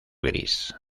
gris